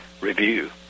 review